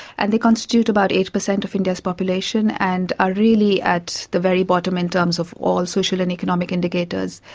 and they constitute about eight per cent of india's population and are really at the very bottom in terms of all social and economic indicators,